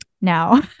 now